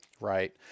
Right